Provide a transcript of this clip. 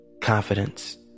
confidence